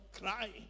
crying